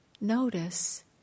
notice